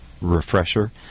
refresher